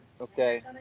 Okay